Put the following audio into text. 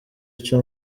ico